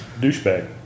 Douchebag